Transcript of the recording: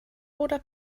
oder